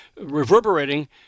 reverberating